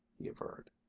he averred.